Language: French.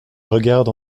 regarde